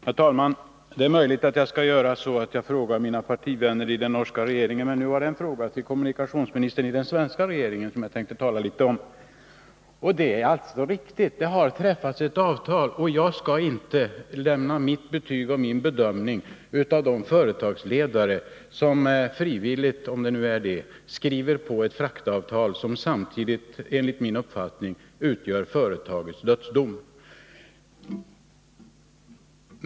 Herr talman! Det är möjligt att jag kommer att fråga mina partivänner i den norska regeringen. Men nu var det en fråga till kommunikationsministern i den svenska regeringen som jag tär kte tala litet om. Det är alltså riktigt att det har träffats ett avtal, och jag skall inte sätta betyg och göra en bedömning när det gäller de företagsledare som frivilligt — om det nu är så — skriver på ett fraktavtal som samiidigt, enligt min uppfattning, utgör företagets dödsdom.